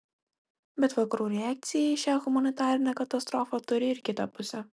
bet vakarų reakcija į šią humanitarinę katastrofą turi ir kitą pusę